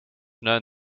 known